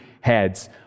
heads